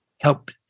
help